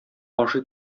ашый